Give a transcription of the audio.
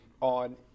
on